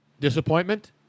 Disappointment